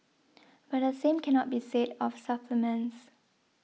but the same cannot be said of supplements